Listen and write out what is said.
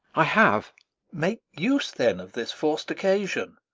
i have make use, then, of this forc'd occasion.